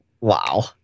Wow